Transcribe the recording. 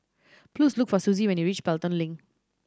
please look for Suzie when you reach Pelton Link